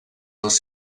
dels